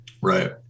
right